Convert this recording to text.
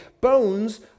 Bones